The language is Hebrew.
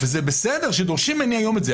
וזה בסדר שדורשים ממני היום את זה,